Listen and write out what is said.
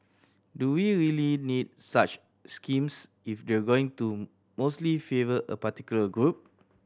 do we really need such schemes if they're going to mostly favour a particular group